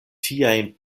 tiajn